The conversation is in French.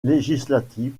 législative